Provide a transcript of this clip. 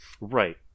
Right